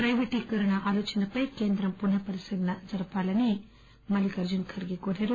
ప్రైవేటీకరణ ఆలోచనపై కేంద్రం పునర్ పరిశీలన జరపాలని కోరారు